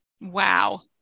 Wow